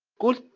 good.